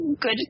good